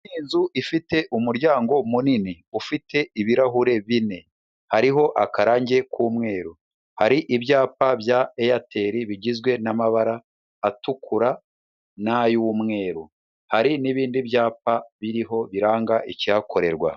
N'inzu ifite umuryango munini ufite ibirahure bine hariho akarange k'umweru, hari ibyapa bya airtel bigizwe n'amabara atukura nay'umweru hari n'ibindi byapa biriho biranga icyakorerwa.